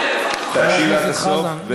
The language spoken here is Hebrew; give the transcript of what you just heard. אל תאבד, תקשיב עד הסוף.